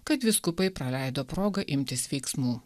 kad vyskupai praleido progą imtis veiksmų